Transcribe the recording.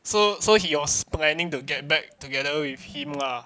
so so he was planning to get back together with him lah